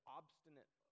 obstinate